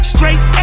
Straight